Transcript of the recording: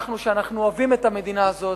אנחנו שאוהבים את המדינה הזאת,